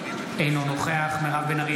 אינו נוכח מירב בן ארי,